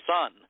son—